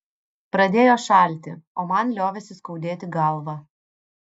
pradėjo šalti o man liovėsi skaudėti galvą